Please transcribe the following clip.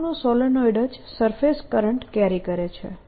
બહારનું સોલેનોઇડ જ surface current carry કરે છે